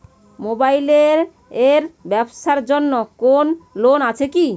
Mobile এর ব্যাবসার জন্য কোন লোন আছে কি?